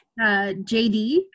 JD